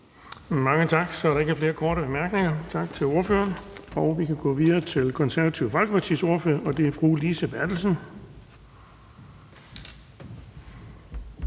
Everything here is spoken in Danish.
Mange tak. Så er der ikke flere korte bemærkninger. Tak til ordføreren. Vi kan gå videre til Det Konservative Folkepartis ordfører, og det er fru Lise Bertelsen.